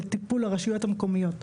לטיפול הרשויות המקומיות.